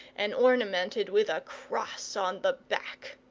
and ornamented with a cross on the back.